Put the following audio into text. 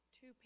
two